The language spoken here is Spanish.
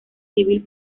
civil